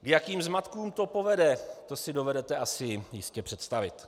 K jakým zmatkům to povede, to si dovedete asi jistě představit.